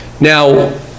Now